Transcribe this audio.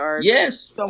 Yes